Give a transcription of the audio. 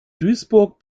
duisburg